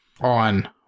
on